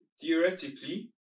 Theoretically